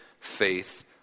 faith